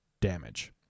damage